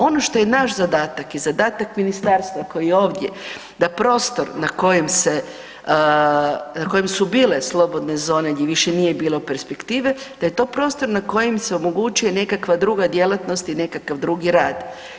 Ono što je naš zadatak je zadatak ministarstva koje je ovdje da prostor na kojem su bile slobodne zone gdje više nije bilo perspektive, da je to prostor na kojem se omogućuje nekakva druga djelatnost i nekakav drugi rad.